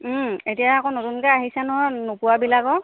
এতিয়া আকৌ নতুনকৈ আহিছে নহয় নোপোৱাবিলাকৰ